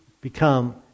Become